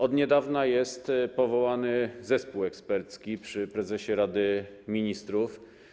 Od niedawna jest powołany zespół ekspercki przy prezesie Rady Ministrów.